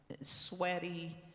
sweaty